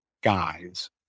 guys